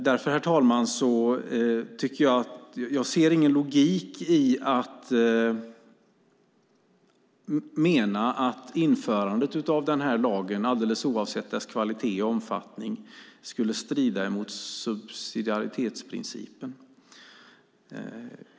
Därför, herr talman, ser jag ingen logik i att mena att införandet av den här lagen, alldeles oavsett dess kvalitet och omfattning, skulle strida mot subsidiaritetsprincipen.